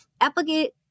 Applegate